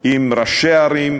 עם ראשי הערים,